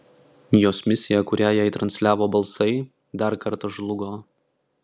jos misija kurią jai transliavo balsai dar kartą žlugo